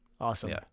Awesome